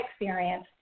experience